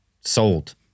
sold